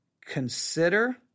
consider